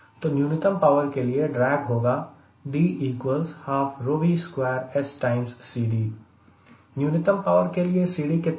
तो न्यूनतम पावर के लिए ड्रैग होगा न्यूनतम पावर के लिए CD कितना था